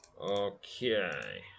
Okay